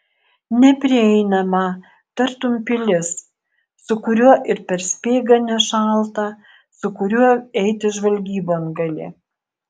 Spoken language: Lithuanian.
neprieinamą tartum pilis su kuriuo ir per speigą nešalta su kuriuo eiti žvalgybon gali